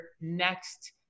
next